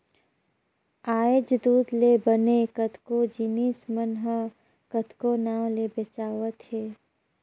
आयज दूद ले बने कतको जिनिस मन ह कतको नांव ले बेंचावत हे